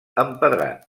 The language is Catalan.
empedrat